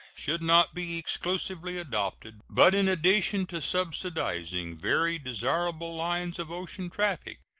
should not be exclusively adopted, but, in addition to subsidizing very desirable lines of ocean traffic,